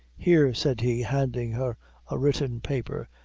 here, said he, handing her a written paper,